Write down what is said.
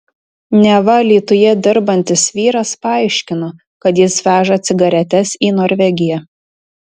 neva alytuje dirbantis vyras paaiškino kad jis veža cigaretes į norvegiją